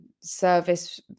service